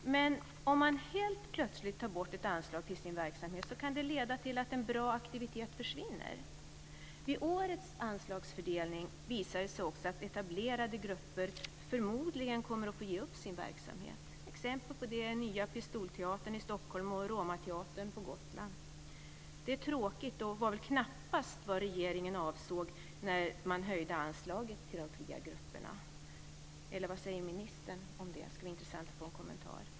Men om man helt plötsligt tar bort ett anslag till en verksamhet kan det leda till att en bra aktivitet försvinner. Vid årets anslagsfördelning visar det sig också att etablerade grupper förmodligen kommer att få ge upp sin verksamhet. Exempel på det är Nya Pistolteatern i Stockholm och Romateatern på Gotland. Det är tråkigt, och det var knappast vad regeringen avsåg när man höjde anslaget till de fria grupperna. Vad säger ministern om det? Det skulle vara intressant att få en kommentar.